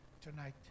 tonight